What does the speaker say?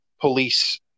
police